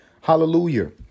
Hallelujah